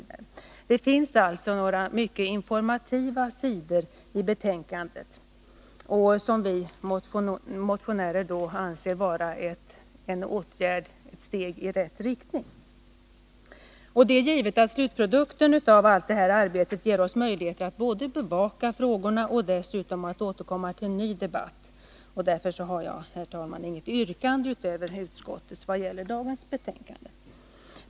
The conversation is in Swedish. Det finns alltså några mycket informativa sidor i betänkandet, och vi motionärer anser att man där pekar på åtgärder som är steg i rätt riktning. Det är givet att slutprodukten av allt detta arbete ger oss möjligheter att bevaka frågorna och dessutom att återkomma till en ny debatt. Därför har jag inget yrkande utöver utskottets vad gäller dagens betänkande.